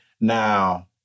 Now